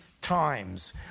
times